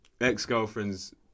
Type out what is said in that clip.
ex-girlfriend's